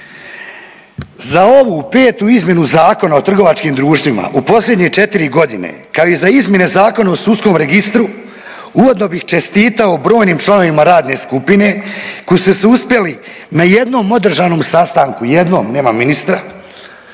Za ovu petu izmjenu Zakona o trgovačkim društvima u posljednje četiri godine kao i za izmjene Zakona u sudskom registru uvodno bih čestitao brojnim članovima radne skupine koji su se uspjeli na jednom održanom sastanku, jednom, nema ministra